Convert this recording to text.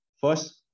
first